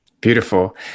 beautiful